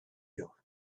you